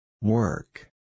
Work